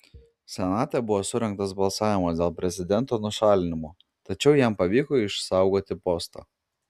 senate buvo surengtas balsavimas dėl prezidento nušalinimo tačiau jam pavyko išsaugoti postą